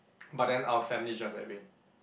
but then our family is just that way